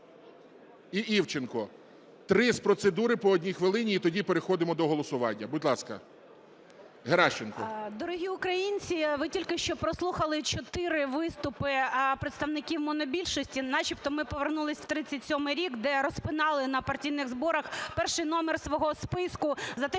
І Івченко. Три з процедури – по 1 хвилині, і тоді переходимо до голосування. Будь ласка, Геращенко. 10:47:29 ГЕРАЩЕНКО І.В. Дорогі українці, ви тільки що прослухали чотири виступи представників монобільшості. Начебто ми повернулися в 37-й рік, де розпинали на партійних зборах, перший номер з свого списку, за те,